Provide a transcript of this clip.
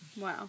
Wow